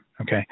Okay